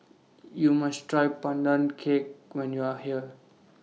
YOU must Try Pandan Cake when YOU Are here